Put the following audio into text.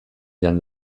jan